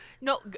No